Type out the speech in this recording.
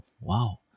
wow